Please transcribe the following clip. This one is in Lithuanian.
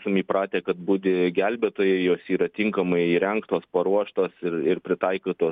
esam įpratę kad budi gelbėtojai jos yra tinkamai įrengtos paruoštos ir pritaikytos